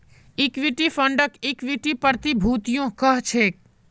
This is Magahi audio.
इक्विटी फंडक इक्विटी प्रतिभूतियो कह छेक